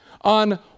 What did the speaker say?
On